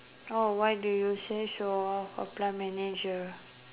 oh why do you say so a plant manager